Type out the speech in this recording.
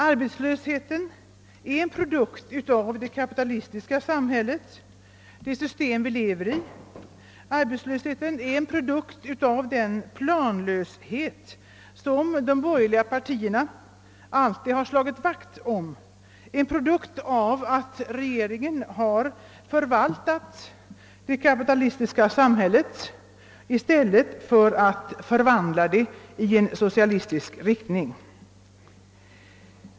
Arbetslösheten är en produkt av det kapitalistiska samhället — det system vi lever i — en produkt av den planlöshet som de borgerliga partierna alltid har slagit vakt om, en produkt av att regeringen har förvaltat det kapitalistiska samhället i stället för att förvandla det i socialistisk riktning.